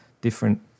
different